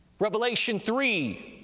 revelation three,